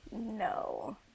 No